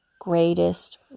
greatest